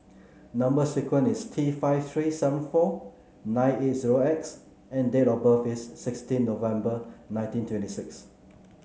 number sequence is T five three seven four nine eight zero X and date of birth is sixteen November nineteen twenty six